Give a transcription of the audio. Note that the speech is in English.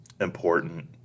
important